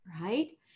right